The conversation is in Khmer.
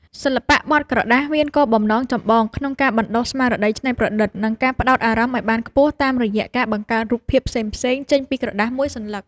សិល្បៈបត់ក្រដាស មានគោលបំណងចម្បងក្នុងការបណ្ដុះស្មារតីច្នៃប្រឌិត និងការផ្ដោតអារម្មណ៍ឱ្យបានខ្ពស់តាមរយៈការបង្កើតរូបរាងផ្សេងៗចេញពីក្រដាសមួយសន្លឹក។